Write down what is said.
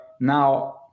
now